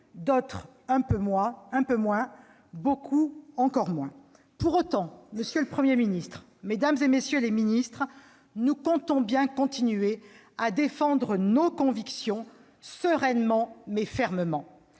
d'autres un peu moins, beaucoup moins encore. Pour autant, monsieur le Premier ministre, mesdames, messieurs les ministres, nous comptons bien continuer à défendre nos convictions, sereinement mais fermement.